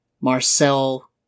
Marcel